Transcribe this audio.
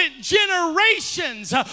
generations